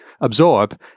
absorb